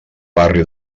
barri